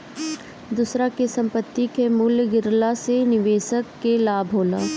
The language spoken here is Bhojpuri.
दूसरा के संपत्ति कअ मूल्य गिरला से निवेशक के लाभ होला